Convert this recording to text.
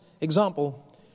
Example